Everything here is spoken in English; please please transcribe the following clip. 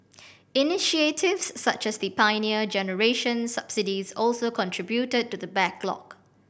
initiatives such as the Pioneer Generation subsidies also contributed to the backlog